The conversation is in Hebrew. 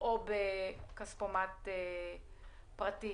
או בכספומט פרטי.